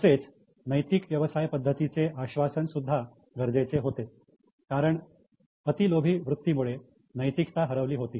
तसेच नैतिक व्यवसाय पद्धतीचे आश्वासन सुद्धा गरजेचे होते कारण अति लोभी वृत्तीमुळे नैतिकता हरवली होती